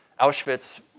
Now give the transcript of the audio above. Auschwitz